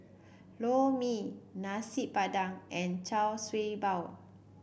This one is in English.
Lor Mee Nasi Padang and Char Siew Bao